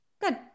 good